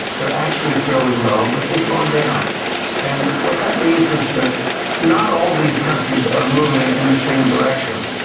they're actually fairly low but they've gone down and, what that means, is that not all these countries are moving in the same direction.